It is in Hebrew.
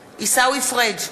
פריג'